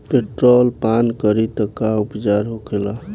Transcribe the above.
Petrol पान करी तब का उपचार होखेला?